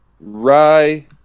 Rye